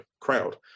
crowd